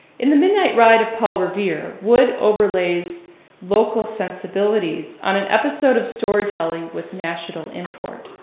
in the midnight ride of paul revere, wood overlays local sensibilities on an episode of storytelling with national import.